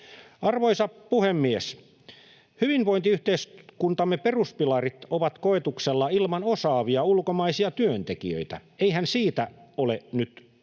Arvoisa puhemies! Hyvinvointiyhteiskuntamme peruspilarit ovat koetuksella ilman osaavia ulkomaisia työntekijöitä. Eihän siitä ole nyt tässä